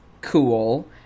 cool